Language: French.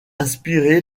inspiré